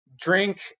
drink